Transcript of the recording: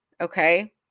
okay